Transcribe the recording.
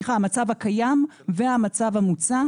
הקיים והמצב המוצע